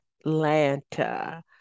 Atlanta